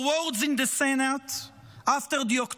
Your words in the Senate after the October